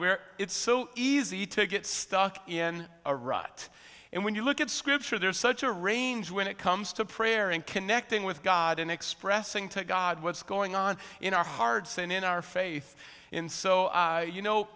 where it's so easy to get stuck in a rut and when you look at scripture there is such a range when it comes to prayer and connecting with god and expressing to god what's going on in our hearts and in our faith in so you know